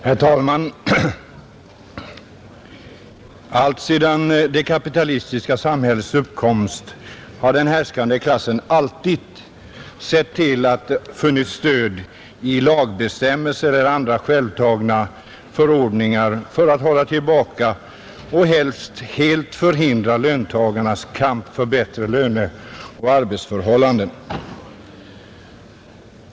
Herr talman! Alltsedan det kapitalistiska samhällets uppkomst har den härskande klassen alltid sett till att den funnit stöd i lagbestämmelser eller andra självtagna förordningar för att hålla tillbaka och helst helt förhindra löntagarnas kamp för bättre löneoch arbetsförhållanden.